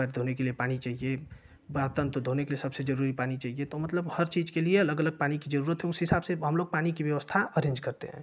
पैर धोने के लिए पानी चाहिए प्रातः धोने के लिए सबसे जरूरी पानी चाहिए तो मतलब हर चीज़ के लिए अलग अलग पानी कि जरूरत है उस हिसाब से हम लोग पानी की व्यवस्था अरेन्ज करते है